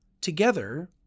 Together